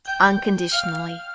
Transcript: unconditionally